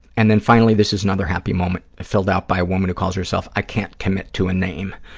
and then finally, this is another happy moment, filled out by a woman who calls herself i can't commit to a name.